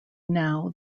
now